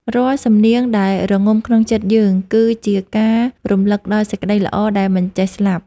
រាល់សំនៀងដែលរងំក្នុងចិត្តយើង គឺជាការរំលឹកដល់សេចក្ដីល្អដែលមិនចេះស្លាប់។